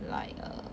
like err